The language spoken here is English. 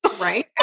right